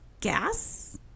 gas